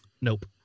Nope